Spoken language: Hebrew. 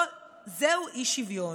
זהו אי-שוויון.